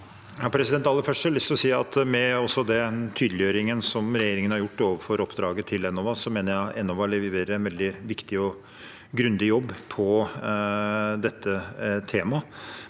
Aller først har jeg lyst til å si at med den tydeliggjøringen regjeringen har gjort overfor oppdraget til Enova, mener jeg at Enova leverer en veldig viktig og grundig jobb på dette temaet.